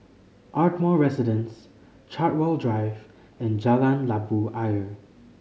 Ardmore Residence Chartwell Drive and Jalan Labu Ayer